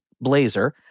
blazer